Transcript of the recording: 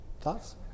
Thoughts